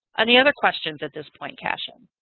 any other questions at this point, cashin?